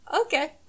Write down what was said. okay